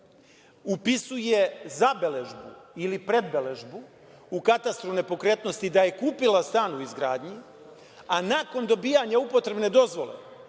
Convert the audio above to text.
upisuje zabeležbu ili predbeležbu u katastru nepokretnosti da je kupila stan u izgradnji, a nakon dobijanja upotrebne dozvole